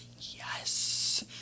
yes